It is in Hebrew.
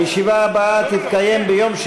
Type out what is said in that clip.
הישיבה הבאה תתקיים ביום